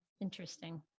Interesting